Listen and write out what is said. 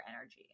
energy